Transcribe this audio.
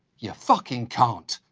you fucking can't.